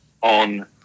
on